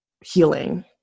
healing